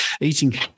eating